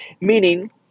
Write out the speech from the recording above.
Meaning